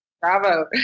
Bravo